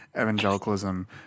evangelicalism